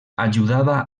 ajudava